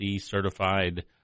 certified